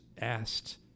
asked